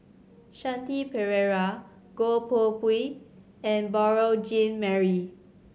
Shanti Pereira Goh Koh Pui and Beurel Jean Marie